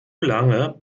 lange